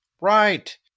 Right